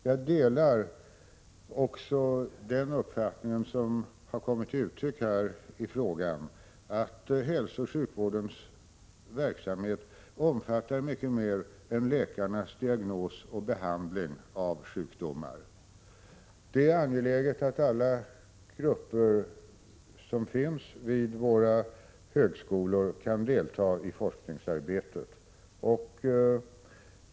Jag delar också den uppfattning som har kommit till uttryck i frågan, att hälsooch sjukvårdens verksamhet omfattar mycket mer än läkarnas diagnoser och behandling av sjukdomar. Det är angeläget att alla grupper som finns vid våra högskolor kan delta i forskningsarbetet.